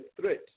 threat